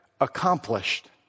accomplished